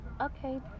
Okay